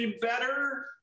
better